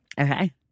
Okay